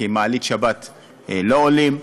כי במעלית שבת לא עולים,